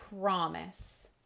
promise